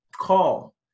call